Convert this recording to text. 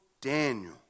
Daniel